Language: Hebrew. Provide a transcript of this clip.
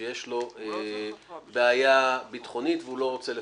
שיש לו בעיה ביטחונית והוא לא רוצה לפנות.